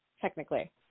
Technically